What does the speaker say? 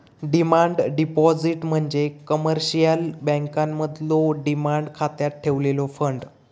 demand deposit म्हणजे commercial बँकांमधलो demand खात्यात ठेवलेलो फंड